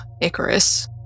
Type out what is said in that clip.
icarus